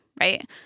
Right